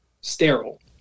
sterile